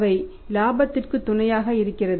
அவை இலாபத்திற்கு துணையாக இருக்கிறது